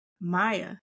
Maya